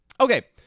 Okay